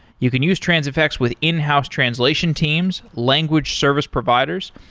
you can use transifex with in-house translation teams, language service providers.